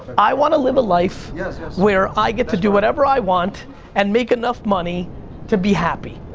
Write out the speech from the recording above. i wanna live a life yeah where i get to do whatever i want and make enough money to be happy,